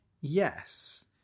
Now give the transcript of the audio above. Yes